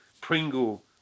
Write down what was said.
Pringle